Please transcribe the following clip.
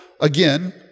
again